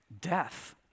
Death